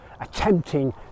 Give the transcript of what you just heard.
attempting